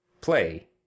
play